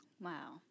wow